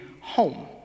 home